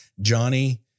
Johnny